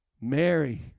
Mary